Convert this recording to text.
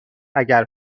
اگر